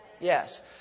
Yes